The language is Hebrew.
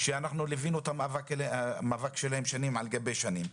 שאנחנו ליווינו את המאבק שלהם שנים על גבי שנים.